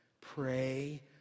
pray